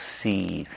see